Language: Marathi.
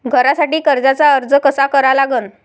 घरासाठी कर्जाचा अर्ज कसा करा लागन?